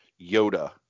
Yoda